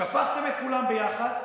שפכתם את כולן ביחד,